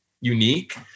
unique